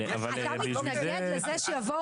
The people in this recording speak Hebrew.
אנחנו מתנגדים לזה, גבירתי היושבת-ראש.